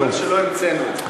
אתה אומר שלא המצאנו את זה.